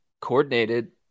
coordinated